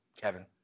Kevin